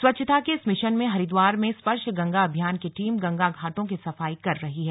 स्वच्छता के इस मिशन में हरिद्वार में स्पर्श गंगा अभियान की टीम गंगा घाटों की सफाई कर रही है